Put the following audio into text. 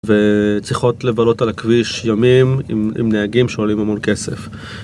וצריכות לבלות על הכביש ימים עם נהגים שעולים המון כסף.